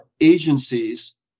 agencies